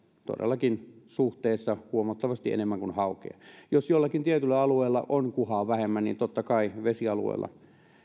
todellakin suhteessa huomattavasti enemmän kuin haukea jos jollakin tietyllä alueella on kuhaa vähemmän niin totta kai vesialueilla